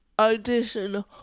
audition